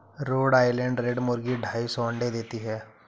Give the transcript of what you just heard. road Island red मुर्गी ढाई सौ अंडे देती है